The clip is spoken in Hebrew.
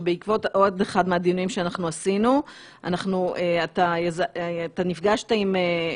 שבעקבות עוד אחד מהדיונים שאנחנו עשינו אתה נפגשת עם,